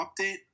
update